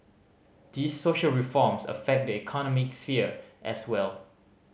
these social reforms affect the economic sphere as well